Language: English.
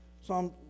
Psalm